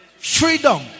freedom